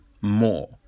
more